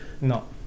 No